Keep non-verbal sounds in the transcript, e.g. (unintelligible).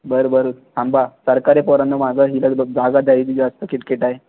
बरं बरं थांबा सरकारी पोरांना मागं (unintelligible) जागा द्यायची जास्त किटकिट आहे